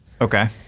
Okay